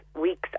weeks